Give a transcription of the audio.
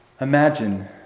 Imagine